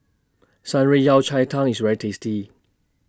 Shan Rui Yao Cai Tang IS very tasty